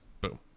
boom